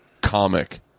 comic